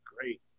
great